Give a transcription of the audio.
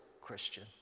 Christian